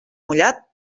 mullat